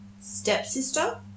stepsister